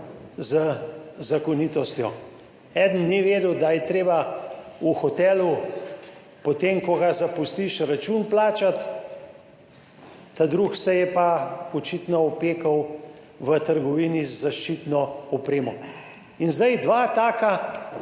z zakonitostjo. Eden ni vedel, da je treba v hotelu, potem ko ga zapustiš, račun plačati. Ta drug se je pa očitno opekel v trgovini z zaščitno opremo. In zdaj dva taka,